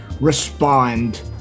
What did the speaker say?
respond